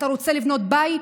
אתה רוצה לבנות בית?